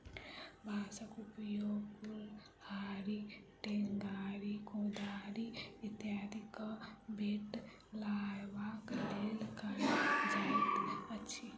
बाँसक उपयोग कुड़हड़ि, टेंगारी, कोदारि इत्यादिक बेंट लगयबाक लेल कयल जाइत अछि